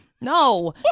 No